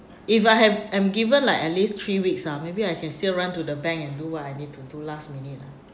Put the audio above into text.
if I have I'm given like at least three weeks ah maybe I can still run to the bank and do what I need to do last minute